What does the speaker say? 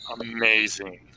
amazing